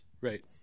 Right